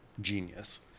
genius